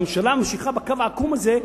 הממשלה ממשיכה בקו העקום הזה,